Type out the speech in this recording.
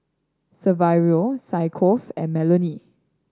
Saverio Yaakov and Melony